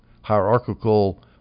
hierarchical